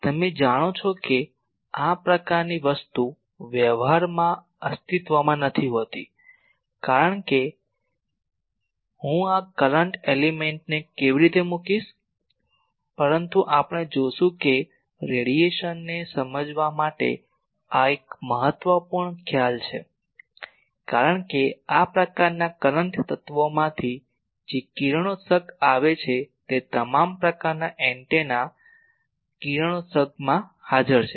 તમે જાણો છો કે આ પ્રકારની વસ્તુ વ્યવહારમાં અસ્તિત્વમાં નથી હોતી કે હું આ કરંટ એલિમેન્ટને કેવી રીતે મુકીશ પરંતુ આપણે જોશું કે રેડિયેશનને સમજવા માટે આ એક મહત્વપૂર્ણ ખ્યાલ છે કારણ કે આ પ્રકારના કરંટ તત્વોમાંથી જે કિરણોત્સર્ગ આવે છે તે તમામ પ્રકારના એન્ટેના કિરણોત્સર્ગમાં હાજર છે